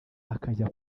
akajya